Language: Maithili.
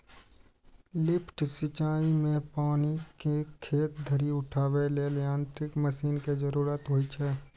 लिफ्ट सिंचाइ मे पानि कें खेत धरि उठाबै लेल यांत्रिक मशीन के जरूरत होइ छै